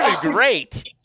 great